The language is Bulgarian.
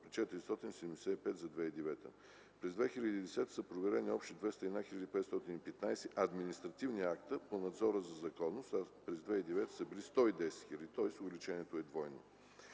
при 475 за 2009 г. През 2010 г. са проверени общо 201 515 административни акта по надзора за законност, а през 2009 г. те са били 110 505, тоест увеличението е двойно.